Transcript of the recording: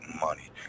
money